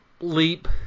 leap